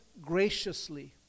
graciously